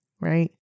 right